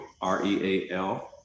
R-E-A-L